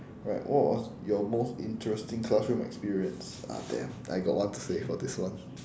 right what was your most interesting classroom experience ah damn I got one to say for this one